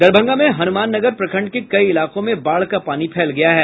दरभंगा में हनुमान नगर प्रखंड के कई इलाकों में बाढ़ का पानी फैल गया है